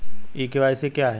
ई KYC क्या है?